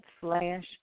slash